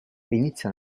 inizia